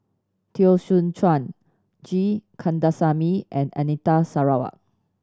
Teo Soon Chuan G Kandasamy and Anita Sarawak